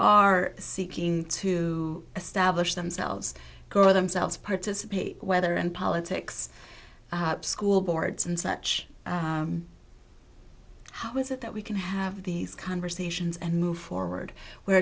are seeking to establish themselves or themselves participate whether and politics school boards and such how is it that we can have these conversations and move forward where